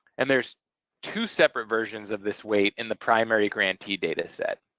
and there's two separate versions of this weight in the primary grantee dataset.